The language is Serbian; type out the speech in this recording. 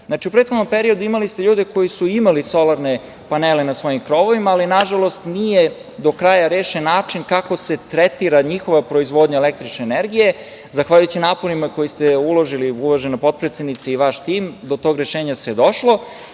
prethodnom periodu imali ste ljude koji su imali solarne panele na svojim krovovima, ali nažalost nije do kraja rešen način kako se tretira njihova proizvodnja električne energije. Zahvaljujući naporima koji se uložili, uvažena potpredsednice i vaš tim, do tog rešenja se došlo.